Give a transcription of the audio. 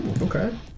Okay